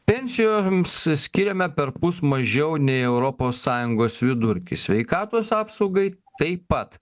pensijoms skiriame perpus mažiau nei europos sąjungos vidurkis sveikatos apsaugai taip pat